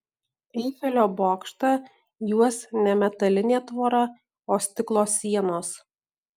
eifelio bokštą juos ne metalinė tvora o stiklo sienos